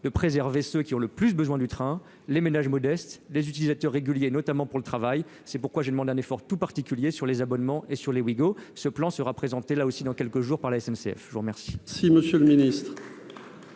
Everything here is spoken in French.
de préserver ceux qui ont le plus besoin du train, les ménages modestes, les utilisateurs réguliers, notamment pour le travail, c'est pourquoi je demande un effort tout particulier sur les abonnements et sur les bigots, ce plan sera présenté là aussi dans quelques jours par la SNCF, je vous remercie.